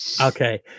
Okay